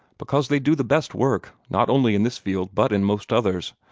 because they do the best work not only in this field, but in most others.